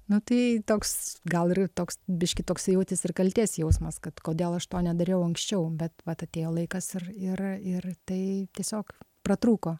nu tai toks gal ir toks biškį toksai jautės ir kaltės jausmas kad kodėl aš to nedariau anksčiau bet vat atėjo laikas ir ir ir tai tiesiog pratrūko